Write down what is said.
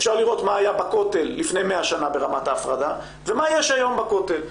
אפשר לראות מה היה בכותל לפני 100 שנה ברמת ההפרדה ומה יש היום בכותל,